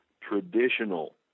traditional